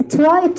try